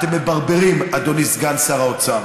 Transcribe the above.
אתם מברברים, אדוני סגן שר האוצר.